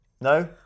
No